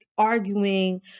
Arguing